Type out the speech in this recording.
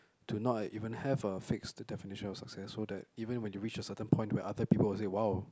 to not even have a fix the definition of success so that even when you reach to a certain point where other people would say !wow!